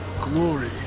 glory